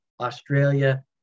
Australia